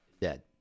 dead